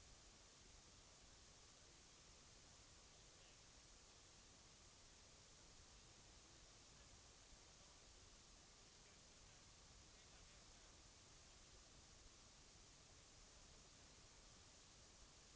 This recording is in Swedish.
Det är ju ändå det primära problemet.